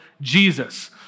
Jesus